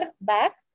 back